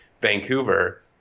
Vancouver